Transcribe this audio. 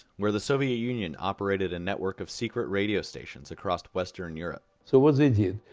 where the soviet union operated a network of secret radio stations across western europe. so what they did,